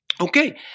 Okay